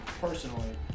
personally